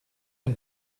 and